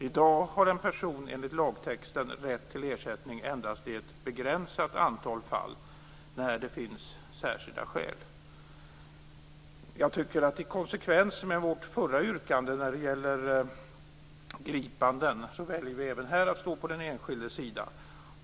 I dag har en person enligt lagtexten rätt till ersättning endast i ett begränsat antal fall när det finns särskilda skäl. I konsekvens med vårt förra yrkande när det gäller gripanden väljer vi även här att stå på den enskildas sida.